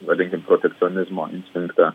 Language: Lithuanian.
vadinkime protekcionizmo instinktą